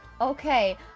Okay